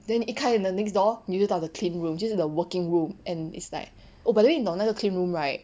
then 你一开你的 next door 你就到 the clean room 就是 the working room and is like oh by the way 你懂那个 clean room right